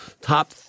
top